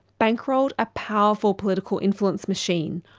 bankrolled a powerful political influence machine,